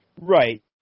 Right